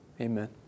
Amen